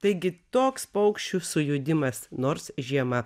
taigi toks paukščių sujudimas nors žiema